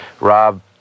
Rob